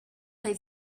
they